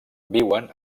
viuen